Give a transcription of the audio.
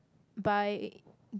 by